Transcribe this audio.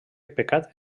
pecat